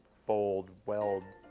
fold, weld,